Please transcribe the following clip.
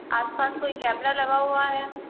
आस पास कोई कैमरा लगा हुआ है